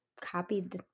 copied